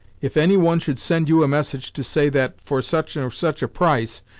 if any one should send you a message to say that, for such or such a price,